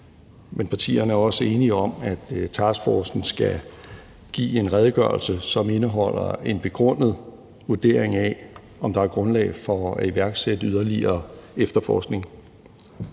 men partierne er også enige om, at taskforcen skal give en redegørelse, som indeholder en begrundet vurdering af, om der er grundlag for at iværksætte yderligere efterforskning.